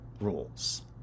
rules